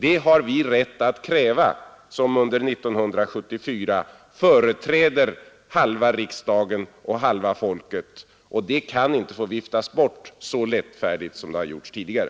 Det har vi rätt att kräva som under 1974 företräder halva riksdagen och halva folket, och det kan inte få viftas bort så lättfärdigt som det har skett tidigare.